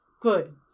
Good